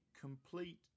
complete